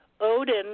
Odin